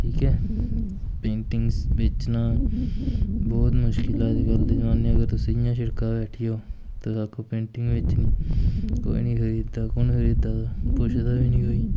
ठीक ऐ पेंटिंग्स बेचना बोह्त मुश्कल ऐ अज्जकल दे जमान्ने अगर तुस इ'यां शिड़का पर बैठी जाओ ते आखो पेंटिंग बेचनी कोई निं खरीददा कु'न खरीदा दा पुच्छदा बी नी कोई